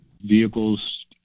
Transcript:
Vehicles